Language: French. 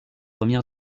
première